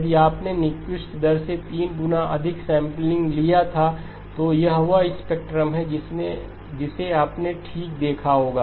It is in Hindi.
यदि आपने न्यूक्विस्ट दर से 3 गुना अधिक सैंपललिया था तो यह वह स्पेक्ट्रम है जिसे आपने ठीक देखा होगा